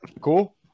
Cool